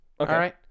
Okay